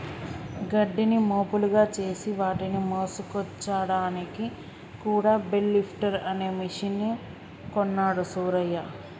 గడ్డిని మోపులుగా చేసి వాటిని మోసుకొచ్చాడానికి కూడా బెల్ లిఫ్టర్ అనే మెషిన్ కొన్నాడు సూరయ్య